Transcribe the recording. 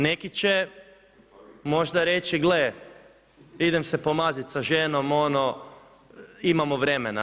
Neki će možda reći gle, idem se pomaziti sa ženom, imamo vremena.